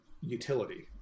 utility